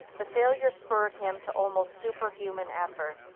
the failure spurred him to almost super-human effort.